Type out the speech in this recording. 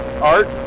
Art